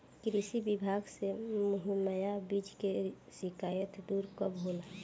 कृषि विभाग से मुहैया बीज के शिकायत दुर कब होला?